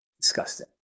disgusting